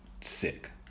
sick